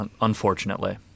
unfortunately